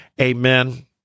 Amen